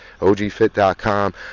OGfit.com